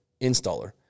installer